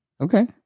okay